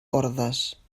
ordes